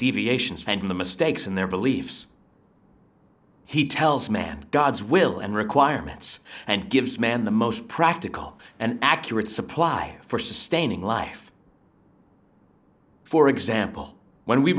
deviations from the mistakes and their beliefs he tells man god's will and requirements and gives man the most practical and accurate supply for sustaining life for example when we